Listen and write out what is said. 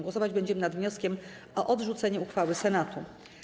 Głosować będziemy nad wnioskiem o odrzucenie uchwały Senatu.